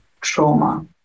trauma